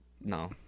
No